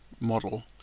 model